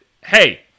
hey